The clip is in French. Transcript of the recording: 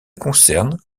concerne